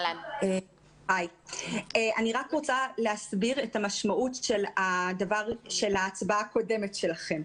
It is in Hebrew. אני רוצה להסביר את המשמעות של ההצבעה הקודמת שלכם.